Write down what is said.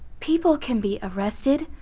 people can be arrested,